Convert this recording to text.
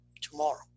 tomorrow